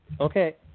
Okay